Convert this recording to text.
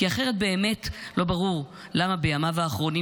כי אחרת באמת לא ברור למה בימיו האחרונים